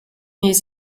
his